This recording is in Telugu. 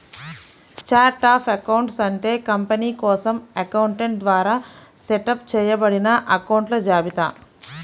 ఛార్ట్ ఆఫ్ అకౌంట్స్ అంటే కంపెనీ కోసం అకౌంటెంట్ ద్వారా సెటప్ చేయబడిన అకొంట్ల జాబితా